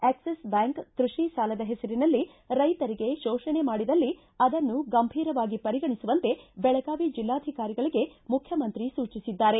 Axis bank ಕೈಷಿ ಸಾಲದ ಹೆಸರಿನಲ್ಲಿ ರೈತರಿಗೆ ಶೋಷಣೆ ಮಾಡಿದಲ್ಲಿ ಅದನ್ನು ಗಂಭೀರವಾಗಿ ಪರಿಗಣಿಸುವಂತೆ ಬೆಳಗಾವಿ ಜಿಲ್ಲಾಧಿಕಾರಿಗಳಿಗೆ ಮುಖ್ಣಮಂತ್ರಿ ಸೂಚಿಸಿದ್ದಾರೆ